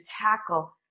tackle